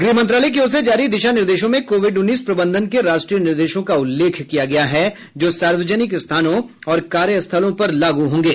गृह मंत्रालय की ओर से जारी दिशा निर्देशों में कोविड उन्नीस प्रंबधन के राष्ट्रीय निर्देशों का उल्लेख किया गया है जो सार्वजनिक स्थानों और कार्यस्थलों पर लागू होंगे